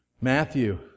Matthew